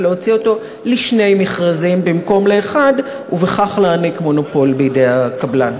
ולהוציא אותו לשני מכרזים במקום לאחד ובכך להעניק מונופול בידי הקבלן.